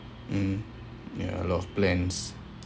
mm ya a lot of plans